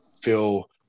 feel